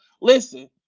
Listen